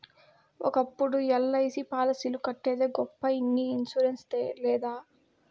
ఒకప్పుడు ఎల్.ఐ.సి పాలసీలు కట్టేదే గొప్ప ఇన్ని ఇన్సూరెన్స్ లేడ